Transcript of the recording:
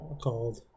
Called